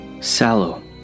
sallow